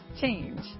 change